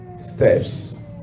steps